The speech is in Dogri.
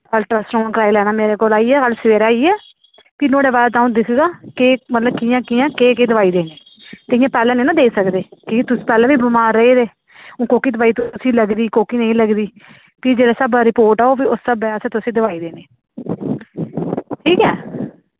अल्ट्रासाउंड कराई लैना मेरे कोल आइयै अज्ज सवेरै आइयै फ्ही नोह्ड़े बाद अ'ऊं दिक्खगा केह् मतलब कि'यां कि'यां केह् केह् दोआई देनी ते इ'यां पैह्ले निं ना देई सकदे कि की तुस पैह्ले बी बमार रेह् दे हून कोह्की दोआई तुसें लगदी कोह्की नेईं लगदी फ्ही जिस स्हाबै रिपोर्ट औग फ्ही उस स्हाबै असें तुसें दोआई देनी ठीक ऐ